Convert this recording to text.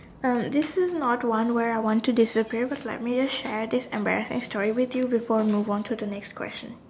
um this is not one where I want to disappear but let me just share this embarrassing story with you before move on to the next question